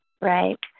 Right